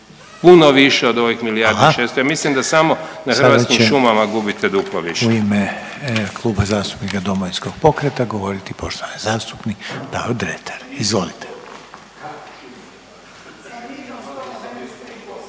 puno više od ovih milijardu i 600. Ja mislim da samo na Hrvatskim šumama gubite duplo više.